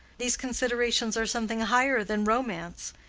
these considerations are something higher than romance!